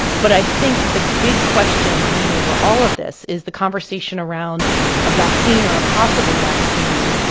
but i think the big question hanging over all of this is the conversation around a vaccine or a possible vaccine.